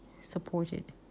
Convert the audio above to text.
supported